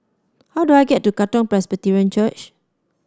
how do I get to Katong Presbyterian Church